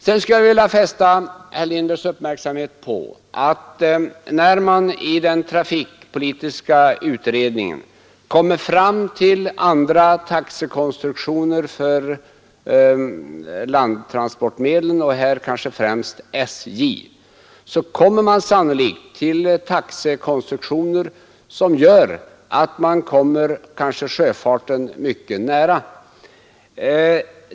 Sedan skulle jag vilja fästa herr Lindbergs uppmärksamhet på att när man i den trafikpolitiska utredningen kommer fram till andra taxekonstruktioner för landtransportmedlen, det gäller främst SJ, kommer man sannolikt till sådana taxekonstruktioner att man kanske kommer sjöfartens taxor mycket nära.